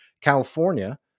California